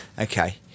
okay